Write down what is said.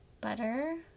butter